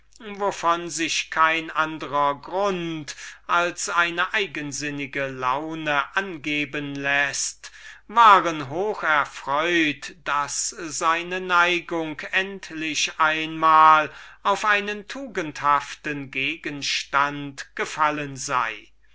kein andrer grund als die launische denkungs-art dieser damen angeben läßt waren erfreut daß seine neigung endlich einmal auf einen tugendhaften gegenstand gefallen war